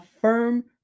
firm